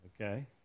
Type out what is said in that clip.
Okay